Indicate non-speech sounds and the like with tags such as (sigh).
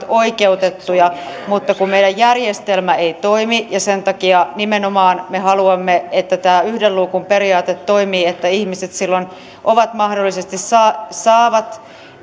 (unintelligible) oikeutettuja siihen mutta kun meidän järjestelmä ei toimi ja sen takia nimenomaan me haluamme että tämä yhden luukun periaate toimii että ihmiset silloin mahdollisesti saavat